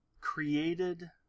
created